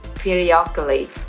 periodically